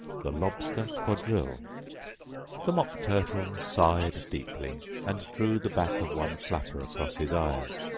the lobster quadrille the mock turtle sighed deeply, and drew the back of one flapper across his eyes.